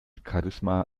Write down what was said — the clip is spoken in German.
charisma